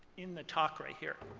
in the talk right here.